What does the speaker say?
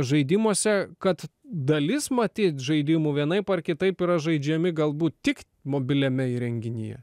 žaidimuose kad dalis matyt žaidimų vienaip ar kitaip yra žaidžiami galbūt tik mobiliame įrenginyje